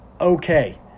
okay